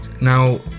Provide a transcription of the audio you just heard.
Now